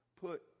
put